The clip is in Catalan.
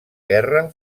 guerra